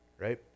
right